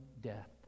death